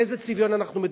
על איזה צביון אנחנו מדברים?